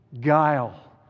guile